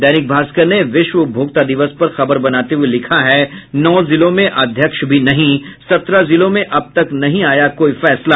दैनिक भास्कर ने विश्व उपभोक्ता दिवस पर खबर बनाते हुये लिखा है नौ जिलों में अध्यक्ष भी नहीं सत्रह जिलों में अब तक नहीं आया कोई फैसला